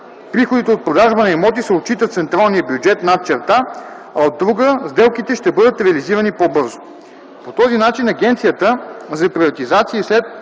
приходите от продажба на имоти се отчитат в централния бюджет над черта, а от друга – сделките ще бъдат реализирани по-бързо. По този начин Агенцията за приватизация и